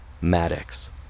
Maddox